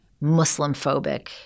Muslim-phobic